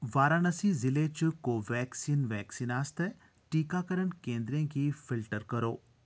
वाराणसी जि'ले च को वैक्सीन वैक्सीन आस्तै टीकाकरण केंदरें गी फिल्टर करो